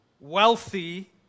wealthy